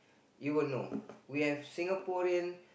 you won't know we have Singaporean